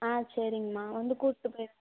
ஆ சரிங்கம்மா வந்து கூட்டு போயிடுங்க